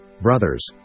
brothers